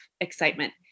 excitement